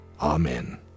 Amen